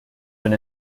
been